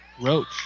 Roach